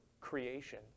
creation